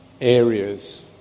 areas